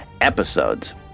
episodes